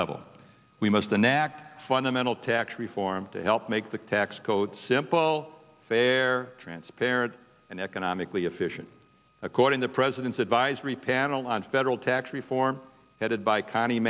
level we must enact fundamental tax reform to help make the tax code simple fair transparent and economically efficient according the president's advisory panel on federal tax reform headed by c